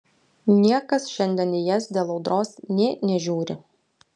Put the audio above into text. niekas šiandien į jas dėl audros nė nežiūri